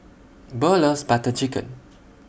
Burl loves Butter Chicken